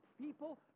people